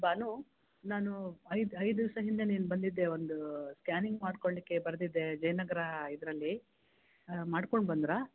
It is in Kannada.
ಬಾನು ನಾನು ಐದು ಐದು ದಿವಸ ಹಿಂದೆ ನೀನು ಬಂದಿದ್ದೆ ಒಂದು ಸ್ಕ್ಯಾನಿಂಗ್ ಮಾಡಿಕೊಳ್ಳಿಕೆ ಬರೆದಿದ್ದೆ ಜೈನಗರ ಇದರಲ್ಲಿ ಮಾಡ್ಕೊಂಡು ಬಂದರಾ